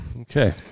Okay